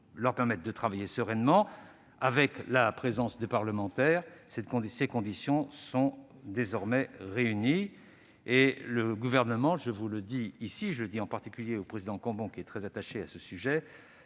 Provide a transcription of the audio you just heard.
leur permettre de travailler sereinement, en présence de parlementaires. Ces conditions sont désormais réunies. Le Gouvernement, je le dis en particulier au président Cambon qui est très attaché à ce sujet,